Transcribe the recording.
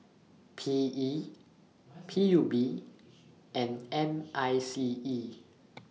P E P U B and M I C E